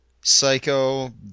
Psycho